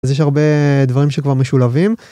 אז יש הרבה דברים שכבר משולבים.